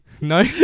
No